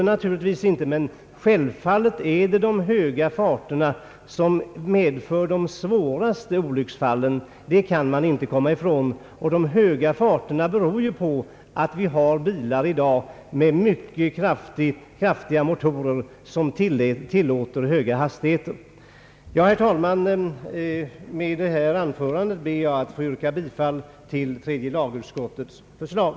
Naturligtvis inte, men självfallet är det de höga farterna som medför de svåraste olycksfallen — det kan man inte komma ifrån — och de höga farterna beror ju på att det i dag finns bilar med mycket kraftiga motorer som möjliggör höga hastigheter. Herr talman! Med det här anförandet ber jag att få yrka bifall till tredje lagutskottets förslag.